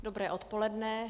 Dobré odpoledne.